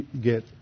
get